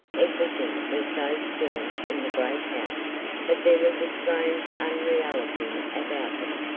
everything was so still in the great house that there was a strange unreality about them,